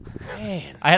Man